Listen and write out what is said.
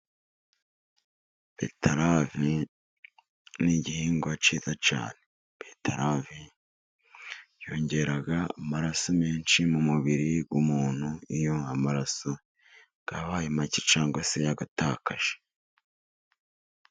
Betarave ni igihingwa kiza cyane. Betarave yongera amaraso menshi mu mubiri w'umuntu iyo amaraso yabaye make, cyangwa se yayatakaje.